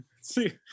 See